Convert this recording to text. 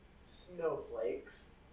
Snowflakes